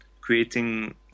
creating